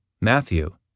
matthew